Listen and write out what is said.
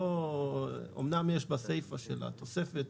אמנם בסיפא של התוספת